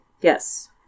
Yes